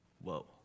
whoa